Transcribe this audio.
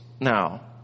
now